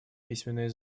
письменные